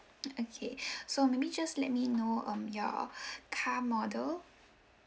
okay so maybe you just let me know um your car model